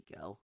go